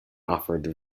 offered